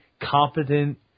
competent